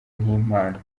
nk’impano